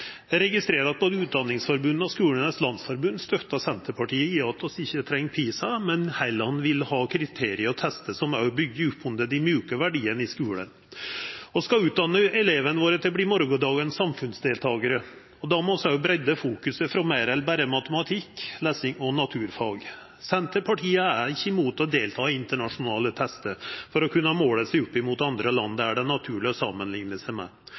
Eg registrerer at både Utdanningsforbundet og Skolenes landsforbund støttar Senterpartiet i at vi ikkje treng PISA, men heller vil ha kriterium å testa som òg byggjer opp om dei mjuke verdiane i skulen. Vi skal utdanna elevane våre til å verta morgondagens samfunnsdeltakarar. Då må vi også fokusera breiare enn berre på matematikk, lesing og naturfag. Senterpartiet er ikkje imot å delta i internasjonale testar for å kunna måla seg opp mot andre land det er naturleg å samanlikna seg med,